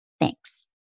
Thanks